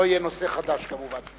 אם לא יהיה נושא חדש, כמובן.